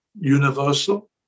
universal